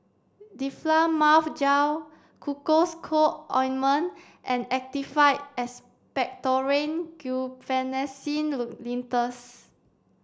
Difflam Mouth Gel Cocois Co Ointment and Actified Expectorant Guaiphenesin Linctus